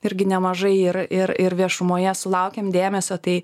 irgi nemažai ir ir ir viešumoje sulaukiam dėmesio tai